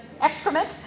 excrement